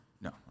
no